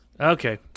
Okay